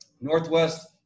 northwest